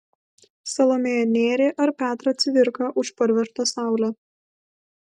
salomėją nėrį ar petrą cvirką už parvežtą saulę